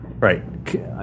Right